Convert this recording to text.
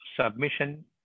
submission